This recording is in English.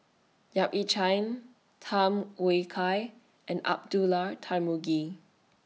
Yap Ee Chian Tham Kai and Abdullah Tarmugi